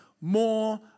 more